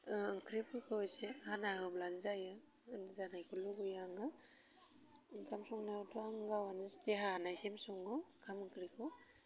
ओंख्रिफोरखौ इसे हाना होब्लानो जायो होजानायखौ लुबैयो आङो ओंखाम संनायावथ'आं गावहानो देहा हानायसिम सङो ओंखाम ओंख्रिखौ